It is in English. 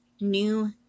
new